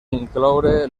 incloure